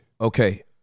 Okay